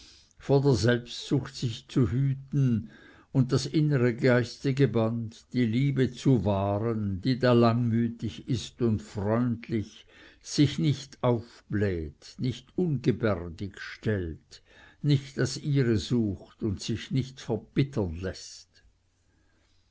vor der selbstsucht sich zu hüten und das innere geistige band die liebe zu wahren die da langmütig ist und freundlich sich nicht aufbläht nicht ungebärdig stellt nicht das ihre sucht und sich nicht verbittern läßt